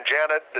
Janet